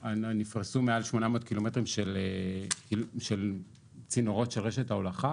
נפרסו מעל 800 קילומטרים של צינורות של רשת ההולכה